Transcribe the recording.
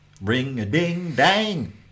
Ring-a-ding-dang